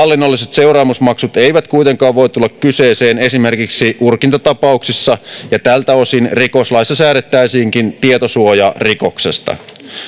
seuraamusmaksut eivät kuitenkaan voi tulla kyseeseen esimerkiksi urkintatapauksissa ja tältä osin rikoslaissa säädettäisiinkin tietosuojarikoksesta